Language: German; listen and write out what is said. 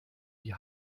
die